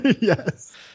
yes